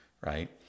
right